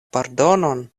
pardonon